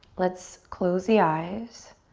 let's close the eyes.